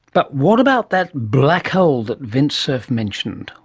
but what about that black hole that vint cerf mentioned?